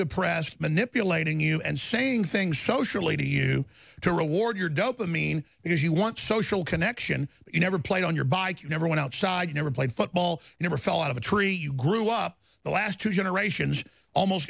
depressed manipulating you and saying things socially to you to reward your dope i mean if you want social connection you never played on your bike you never went outside never played football never fell out of a tree you grew up the last two generations almost